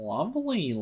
Lovely